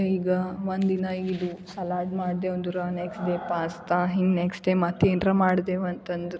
ಈಗ ಒಂದು ದಿನ ಇದು ಸಲಾಡ್ ಮಾಡಿದೆ ಒಂದು ನೆಕ್ಸ್ಟ್ ಡೇ ಪಾಸ್ತಾ ಹಿಂಗೆ ನೆಕ್ಸ್ಟ್ ಡೇ ಮತ್ತು ಏನ್ರ ಮಾಡ್ದೇವು ಅಂತಂದ್ರೆ